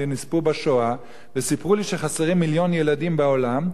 נספו בשואה וסיפרו לי שחסרים מיליון ילדים בעולם,